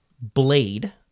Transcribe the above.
Blade